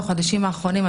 בחודשים האחרונים,